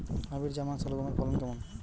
Hybrid German শালগম এর ফলন কেমন?